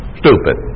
stupid